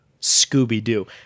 Scooby-Doo